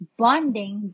bonding